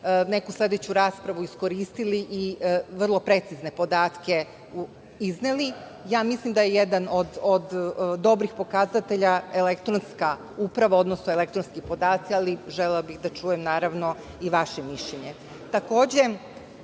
neku sledeću raspravu iskoristili i vrlo precizne podatke izneli. Ja mislim da je jedan od dobrih pokazatelja elektronska uprava, odnosno elektronski podaci, ali želela bih da čujem, naravno, i vaše mišljenje. Takođe,